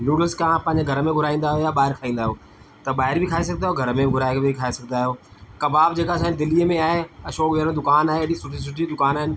noodles तव्हां पंहिंजे घर में घुराईन्दा आहियो या ॿाहिरि खाईन्दा आहियो तव्हां ॿाहिरि बि खाई सघंदा आहियो घरु में घुराए बि खाई सघंदा आहियो कबाब जेका असांजे दिल्ली में आहे अशोकनगर में दुकानु आहे ॾाढी सुठी सुठी दुकान आहिनि